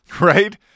Right